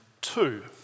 two